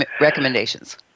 recommendations